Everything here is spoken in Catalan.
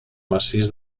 massís